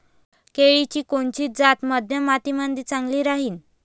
केळाची कोनची जात मध्यम मातीमंदी चांगली राहिन?